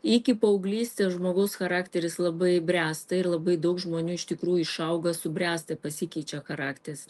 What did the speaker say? iki paauglystės žmogaus charakteris labai bręsta ir labai daug žmonių iš tikrųjų išauga subręsta pasikeičia charakteris